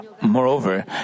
moreover